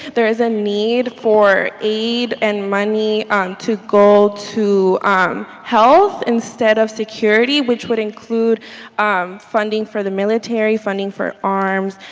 there is a need for aid and money to go to health instead of security which would include um funding for the military, funding for arms.